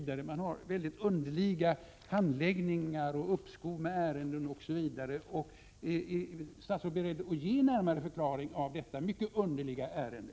Det förekommer underliga handläggningar, uppskov med ärenden osv. Är statsrådet beredd att ge en närmare förklaring av detta mycket underliga ärende?